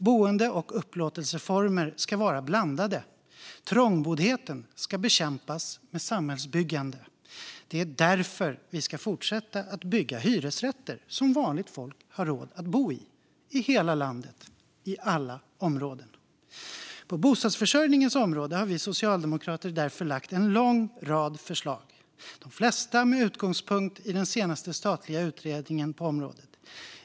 Boende och upplåtelseformer ska vara blandade. Trångboddheten ska bekämpas med samhällsbyggande. Det är därför vi ska fortsätta att bygga hyresrätter som vanligt folk har råd att bo i, i hela landet och i alla områden. På bostadsförsörjningens område har vi socialdemokrater därför lagt en lång rad förslag, de flesta med utgångspunkt i den senaste statliga utredningen på området.